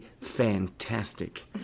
fantastic